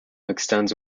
extends